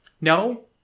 No